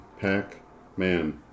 Pac-Man